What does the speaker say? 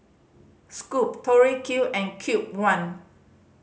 Scoot Tori Q and Cube One